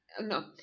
no